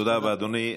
תודה רבה, אדוני.